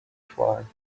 shrine